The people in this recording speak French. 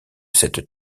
cette